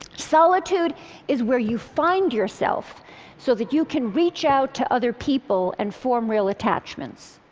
solitude is where you find yourself so that you can reach out to other people and form real attachments.